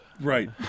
right